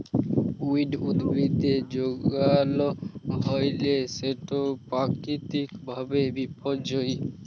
weed উদ্ভিদের যগাল হ্যইলে সেট পাকিতিক ভাবে বিপর্যয়ী